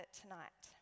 tonight